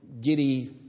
giddy